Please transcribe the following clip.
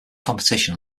competition